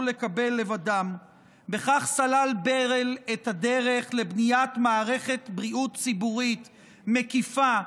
לקבל לבדם הוא סלל בכך את הדרך לבניית מערכת בריאות ציבורית מקיפה,